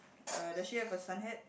uh does she have a sun hat